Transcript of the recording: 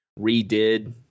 redid